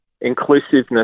inclusiveness